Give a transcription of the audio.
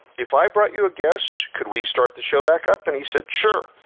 if i brought you a guest, could we start the show back up? and he said, sure!